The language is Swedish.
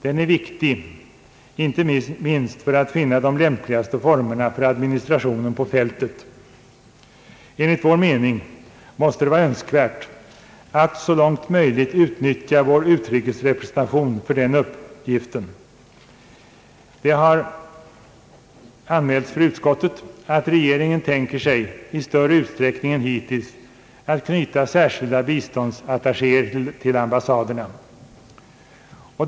Den är viktig inte minst för att finna de lämpligaste formerna för administrationen på fältet. Enligt vår mening måste det vara önskvärt att så långt möjligt utnyttja vår utrikesrepresentation för den uppgiften. Det har anmälts för utskottet att regeringen tänker sig i större utsträckning än hittills knyta särskilda biståndsattachéer till ambassaderna.